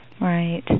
Right